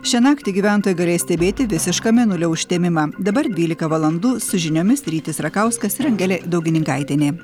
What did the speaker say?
šią naktį gyventojai galės stebėti visišką mėnulio užtemimą dabar dvylika valandų su žiniomis rytis rakauskas ir angelė daugininkaitienė